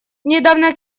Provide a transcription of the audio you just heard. недавно